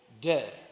dead